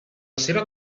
seva